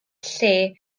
lle